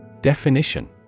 Definition